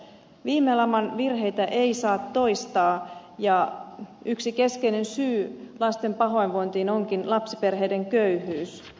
viime laman virheitä ei saa toistaa ja yksi keskeinen syy lasten pahoinvointiin onkin lapsiperheiden köyhyys